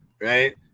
right